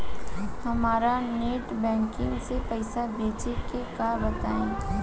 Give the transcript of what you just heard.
हमरा net banking से पईसा भेजे के बा बताई?